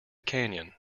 canyon